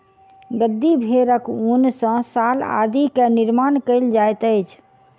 गद्दी भेड़क ऊन सॅ शाल आदि के निर्माण कयल जाइत अछि